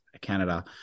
Canada